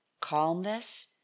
calmness